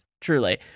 truly